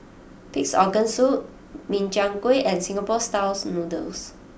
Pig'S Organ Soup Min Chiang Kueh and Singapore Style Noodles